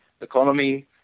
economy